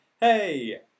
hey